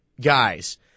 guys